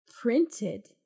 printed